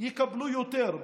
יקבלו יותר,